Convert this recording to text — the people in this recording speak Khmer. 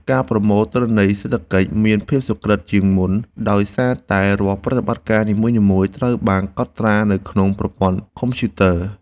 ការប្រមូលទិន្នន័យសេដ្ឋកិច្ចមានភាពសុក្រឹតជាងមុនដោយសារតែរាល់ប្រតិបត្តិការនីមួយៗត្រូវបានកត់ត្រានៅក្នុងប្រព័ន្ធកុំព្យូទ័រ។